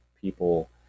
people